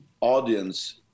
audience